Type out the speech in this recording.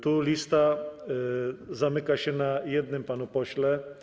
Tu lista zamyka się na jednym panu pośle.